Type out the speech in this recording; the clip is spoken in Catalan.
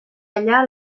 allà